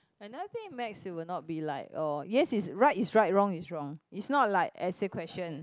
another thing maths it will not be like oh yes is right is right wrong is wrong it's not like essay question